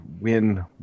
win